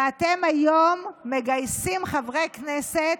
ואתם היום מגייסים חברי כנסת,